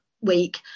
week